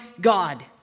God